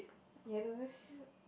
yellow shirt